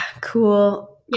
Cool